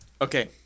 Okay